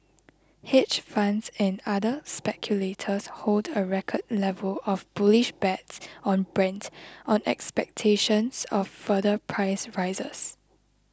hedge funds and other speculators hold a record level of bullish bets on Brent on expectations of further price rises